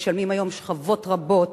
משלמות היום שכבות רבות